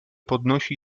podnosi